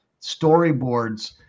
storyboards